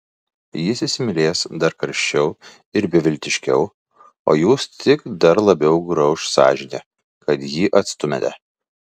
jis įsimylės dar karščiau ir beviltiškiau o jus tik dar labiau grauš sąžinė kad jį atstumiate